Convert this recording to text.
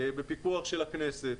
בפיקוח של הכנסת,